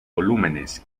volúmenes